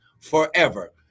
forever